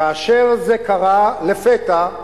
כאשר זה קרה לפתע,